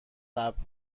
قبل